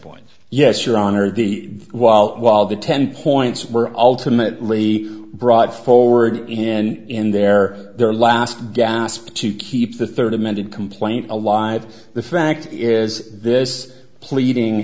point yes your honor the while while the ten points were ultimately brought forward and in their their last gasp to keep the third amended complaint alive the fact is this pleading